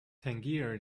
tangier